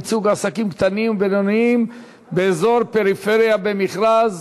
ייצוג עסקים קטנים ובינוניים באזור פריפריה במכרז),